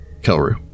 Kelru